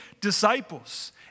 disciples